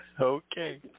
Okay